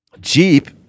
Jeep